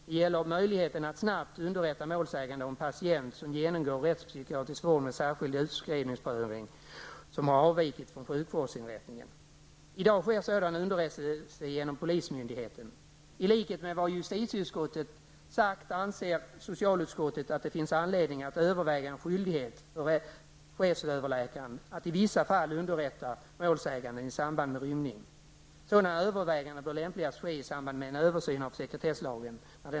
Det gäller möjligheten att snabbt underrätta målsägande om patient som genomgår rättspsykiatrisk vård med särskild utskrivningsprövning och som har avvikit från sjukvårdsinrättningen. I dag sker sådan underrättelse genom polismyndigheten. I likhet med vad justitieutskottet sagt anser socialutskottet att det finns anledning att överväga en skyldighet för chefsöverläkaren att i vissa fall underrätta målsäganden i samband med rymning. Sådana överväganden bör lämpligen ske i samband med en översyn av sekretesslagen.